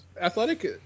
Athletic